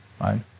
right